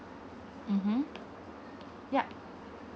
mmhmm yup